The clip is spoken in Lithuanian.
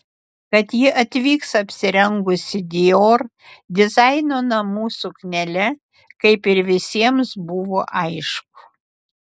kad ji atvyks apsirengusi dior dizaino namų suknele kaip ir visiems buvo aišku